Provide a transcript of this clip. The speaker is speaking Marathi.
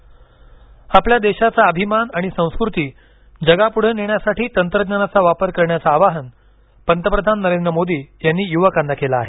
प्रवासी भारतीय आपल्या देशाचा अभिमान आणि संस्कृती जगापुढे नेण्यासाठी तंत्रज्ञानाचा वापर करण्याचं आवाहन पंतप्रधान नरेंद्र मोदी यांनी युवकांना केलं आहे